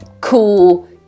cool